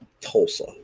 Tulsa